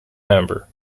member